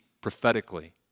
prophetically